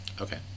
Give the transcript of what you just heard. Okay